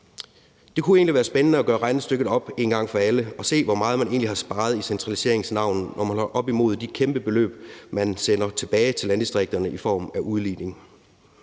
Det kunne egentlig være spændende at lave regnestykket en gang for alle og se, hvor meget man egentlig har sparet i centraliseringens navn, når man holder det op imod de kæmpe beløb, man sender tilbage til landdistrikterne i form af udligning.